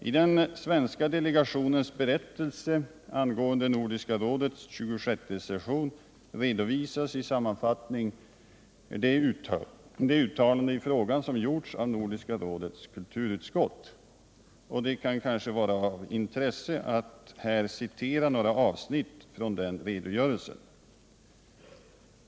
I den svenska delegationens berättelse angående Nordiska rådets 26:e session redovisas i sammanfattning de uttalanden i frågan som gjorts av Nordiska rådets kulturutskott. Det kan kanske vara av intresse att här citera några avsnitt ur den redogörelsen.